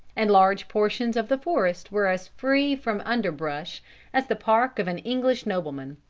and large portions of the forest were as free from underbrush as the park of an english nobleman.